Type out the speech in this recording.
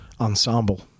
Ensemble